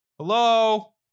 Hello